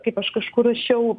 kaip aš kažkur rašiau